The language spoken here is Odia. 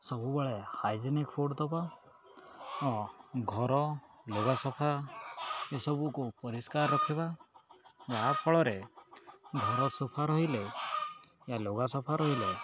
ସବୁବେଳେ ହାଇଜିନିକ୍ ଫୁଡ଼୍ ଦବା ହଁ ଘର ଲୁଗାସଫା ଏସବୁକୁ ପରିଷ୍କାର ରଖିବା ଯାହା ଫଳରେ ଘର ସଫା ରହିଲେ ୟା ଲୁଗାସଫା ରହିଲେ